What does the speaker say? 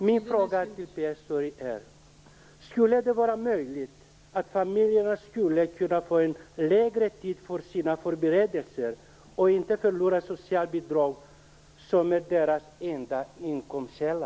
Min fråga till Pierre Schori är: Skulle det vara möjligt att familjerna kan få längre tid för sina förberedelser och att de inte behöver förlora socialbidraget, som är deras enda inkomstkälla?